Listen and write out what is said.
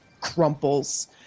crumples